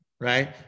right